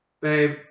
babe